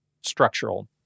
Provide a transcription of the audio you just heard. structural